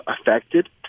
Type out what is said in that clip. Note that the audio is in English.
affected